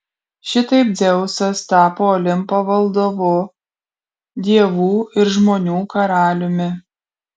šitaip dzeusas tapo olimpo valdovu dievų ir žmonių karaliumi